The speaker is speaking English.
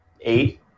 eight